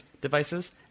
devices